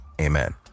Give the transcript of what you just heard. Amen